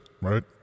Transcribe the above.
Right